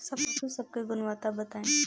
पशु सब के गुणवत्ता बताई?